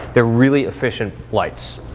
they're really efficient lights.